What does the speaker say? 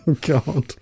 God